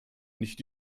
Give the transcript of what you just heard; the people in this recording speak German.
nicht